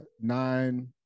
nine